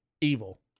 evil